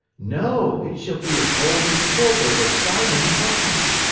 no, it shall be of gold and silver with diamond buttons.